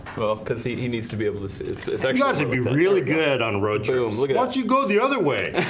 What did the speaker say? well concede he needs to be able to be really good on road you like you go the other way